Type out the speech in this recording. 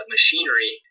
Machinery